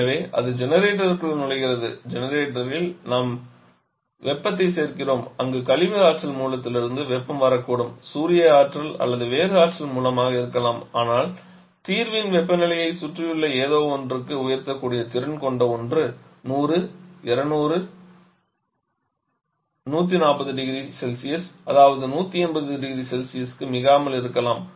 எனவே அது ஜெனரேட்டருக்குள் நுழைகிறது ஜெனரேட்டரில் நாம் வெப்பத்தை சேர்க்கிறோம் அங்கு கழிவு ஆற்றல் மூலத்திலிருந்து வெப்பம் வரக்கூடும் சூரிய ஆற்றல் அல்லது வேறு ஆற்றல் மூலமாக இருக்கலாம் ஆனால் தீர்வின் வெப்பநிலையை சுற்றியுள்ள ஏதோவொன்றுக்கு உயர்த்தக்கூடிய திறன் கொண்ட ஒன்று 100 120 அல்லது 140 0C அதாவது 180 0C க்கு மிகாமல் இருக்க வேண்டும்